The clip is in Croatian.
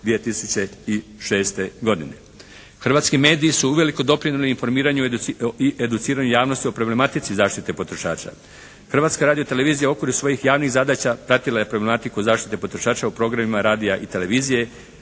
Hrvatski mediji su uvelike doprinijeli informiranju i educiranju javnosti o problematici zaštite potrošača. Hrvatska radio televizija u okviru svojih javnih zadaća pratila je problematiku zaštite potrošača u programima radija i televizije,